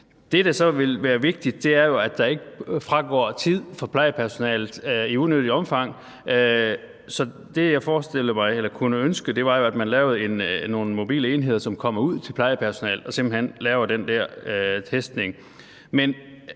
Det, der så vil være vigtigt, er jo, at der ikke i unødigt omfang fragår tid fra plejepersonalet. Så det, jeg kunne ønske mig, er, at man laver nogle mobile enheder, som kommer ud til plejepersonalet og simpelt hen laver den der test.